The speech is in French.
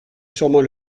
surement